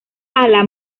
ala